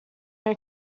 your